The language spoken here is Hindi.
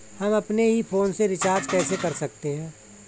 हम अपने ही फोन से रिचार्ज कैसे कर सकते हैं?